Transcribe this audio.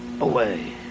away